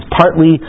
partly